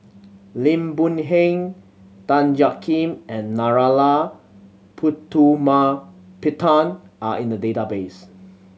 Lim Boon Heng Tan Jiak Kim and Narana Putumaippittan are in the database